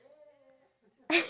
bakugan